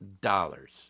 dollars